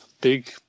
big